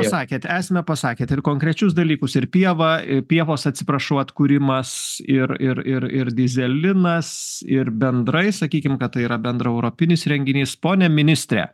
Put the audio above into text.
pasakėt esmę pasakėt ir konkrečius dalykus ir pievą ir pievos atsiprašau atkūrimas ir ir ir ir dyzelinas ir bendrai sakykim kad tai yra bendraeuropinis renginys pone ministre